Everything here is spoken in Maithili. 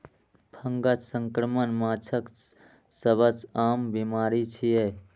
फंगस संक्रमण माछक सबसं आम बीमारी छियै